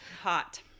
hot